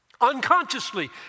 Unconsciously